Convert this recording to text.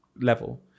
level